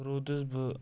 روٗدُس بہٕ